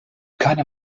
keine